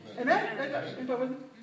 Amen